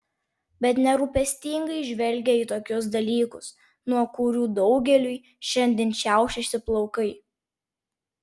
bet nerūpestingai žvelgė į tokius dalykus nuo kurių daugeliui šiandien šiaušiasi plaukai